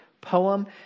poem